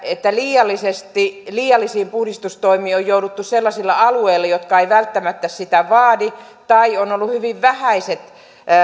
että liiallisiin puhdistustoimiin on jouduttu sellaisilla alueilla jotka eivät välttämättä sitä vaadi tai on ollut hyvin vähäiset